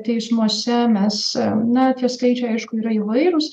teismuose mes na tie skaičiai aišku yra įvairūs